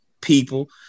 people